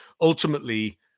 ultimately